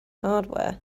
hardware